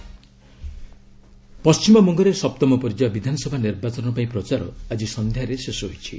ଆସେମ୍କି election ପଶ୍ଚିମବଙ୍ଗରେ ସପ୍ତମ ପର୍ଯ୍ୟାୟ ବିଧାନସଭା ନିର୍ବାଚନ ପାଇଁ ପ୍ରଚାର ଆଜି ସନ୍ଧ୍ୟାରେ ଶେଷ ହୋଇଛି